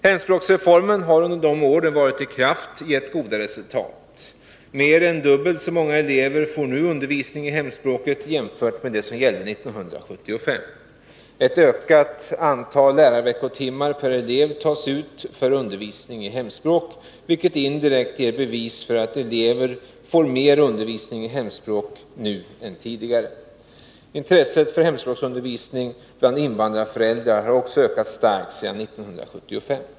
Hemspråksreformen har under de år den varit i kraft gett goda resultat. Mer än dubbelt så många elever får nu undervisning i hemspråket jämfört med 1975. Ett ökat antal lärarveckotimmar per elev tas ut för undervisning i hemspråk, vilket indirekt ger bevis för att eleverna nu får mer undervisning i hemspråk än tidigare. Intresset för hemspråksundervisning bland invandrarföräldrar har ökat starkt sedan 1975.